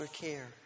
care